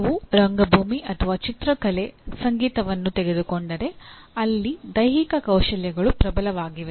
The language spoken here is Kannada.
ನೀವು ರಂಗಭೂಮಿ ಅಥವಾ ಚಿತ್ರಕಲೆ ಸಂಗೀತವನ್ನು ತೆಗೆದುಕೊಂಡರೆ ಅಲ್ಲಿ ದೈಹಿಕ ಕೌಶಲ್ಯಗಳು ಪ್ರಬಲವಾಗಿವೆ